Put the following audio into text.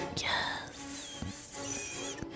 Yes